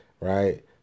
right